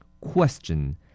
Question